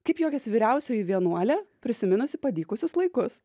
kaip juokiasi vyriausioji vienuolė prisiminusi padykusius laikus